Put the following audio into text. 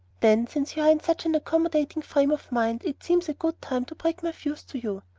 then, since you are in such an accommodating frame of mind, it seems a good time to break my views to you.